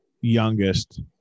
youngest